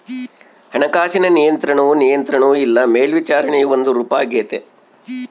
ಹಣಕಾಸಿನ ನಿಯಂತ್ರಣವು ನಿಯಂತ್ರಣ ಇಲ್ಲ ಮೇಲ್ವಿಚಾರಣೆಯ ಒಂದು ರೂಪಾಗೆತೆ